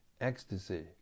ecstasy